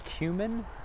Cumin